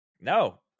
no